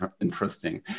interesting